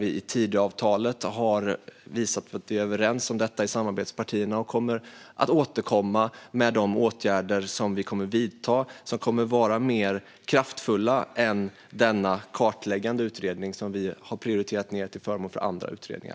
I Tidöavtalet har vi visat att vi är överens om detta i samarbetspartierna och kommer att återkomma med de åtgärder som vi ska vidta och som kommer att vara mer kraftfulla än denna kartläggande utredning som vi har lagt ned till förmån för andra utredningar.